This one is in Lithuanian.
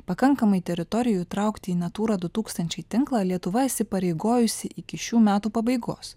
pakankamai teritorijų įtraukti į natūra du tūkstančiai tinklą lietuva įsipareigojusi iki šių metų pabaigos